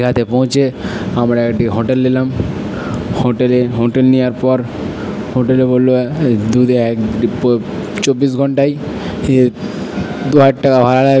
দীঘাতে পৌঁছে আমরা একটি হোটেল নিলাম হোটেলে হোটেল নেওয়ার পর হোটেলে বললো দিনে এক দিনে তো চব্বিশ ঘন্টায় দু হাজার টাকা ভাড়া লাগবে